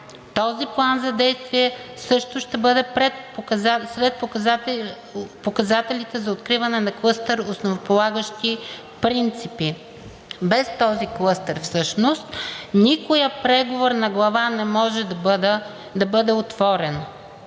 Този план за действие също ще бъде след показателите за откриване на клъстер, основополагащи принципи. Без този клъстер всъщност никоя преговорна глава не може да бъде отворена.